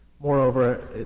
Moreover